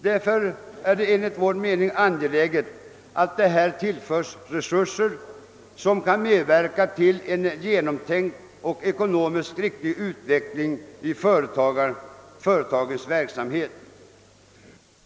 Det är därför enligt vår mening angeläget att det skapas resurser som kan medverka till genomtänkt och ekonomiskt riktig utveckling i företagens verksamhet.